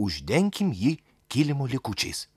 uždenkim jį kilimų likučiais